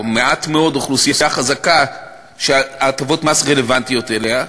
או שיש מעט מאוד אוכלוסייה חזקה שהטבות מס רלוונטיות לה,